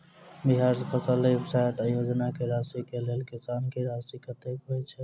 बिहार फसल सहायता योजना की राशि केँ लेल किसान की राशि कतेक होए छै?